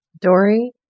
Dory